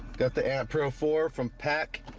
got the ampro for from pack